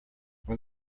when